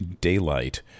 Daylight